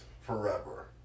forever